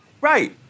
Right